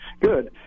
Good